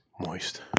Moist